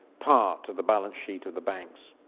part of the balance sheet of the banks.